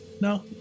No